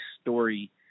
story